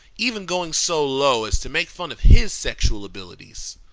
even going so low as to make fun of his sexual abilities.